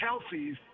Kelsey's